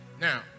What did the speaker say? Now